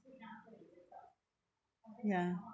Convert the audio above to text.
ya